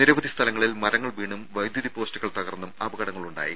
നിരവധി സ്ഥലങ്ങളിൽ മരങ്ങൾ വീണും വൈദ്യുതി പോസ്റ്റുകൾ തകർന്നും അപകടങ്ങൾ ഉണ്ടായി